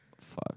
Fuck